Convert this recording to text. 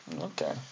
okay